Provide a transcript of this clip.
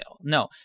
No